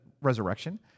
resurrection